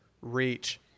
reach